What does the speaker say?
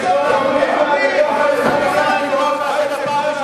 אם אתם הייתם עוצרים את ה"קסאמים"